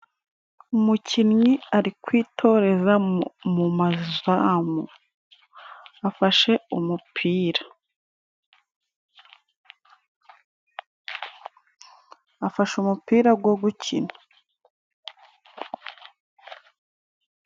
Umukinnyi ari kwitoreza mu mazamu afashe umupira. afashe umupira go gukina.